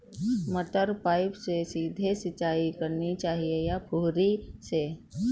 मटर में पाइप से सीधे सिंचाई करनी चाहिए या फुहरी से?